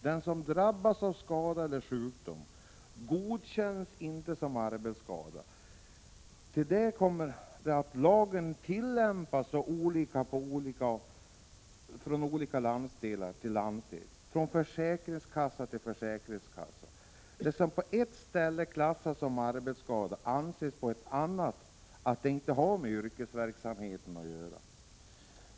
Den som drabbas av skada eller sjukdom får inte denna godkänd som arbetsskada. Till det kommer att lagen tillämpas olika från landsdel till landsdel, från försäkringskassa till försäkringskassa. Det som på en plats klassas som arbetsskada anses på en annan inte ha med yrkesverksamheten att göra.